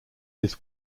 his